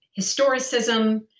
historicism